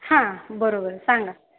हां बरोबर सांगा